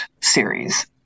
series